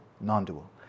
non-dual